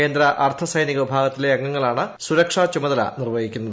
കേന്ദ്ര അർധ സൈനിക വിഭാഗത്തിലെ അംഗങ്ങളാണ് സുരക്ഷാ ചുമതല നിർവഹിക്കുന്നത്